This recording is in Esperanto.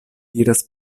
diras